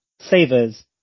savers